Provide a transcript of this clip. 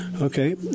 Okay